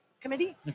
Committee